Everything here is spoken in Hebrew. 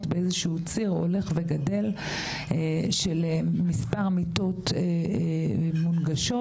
בציר הולך וגדל של מספר מיטות מונגשות.